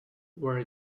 where